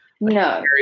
no